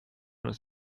does